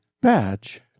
badge